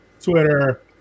Twitter